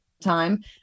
time